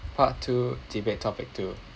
part two debate topic two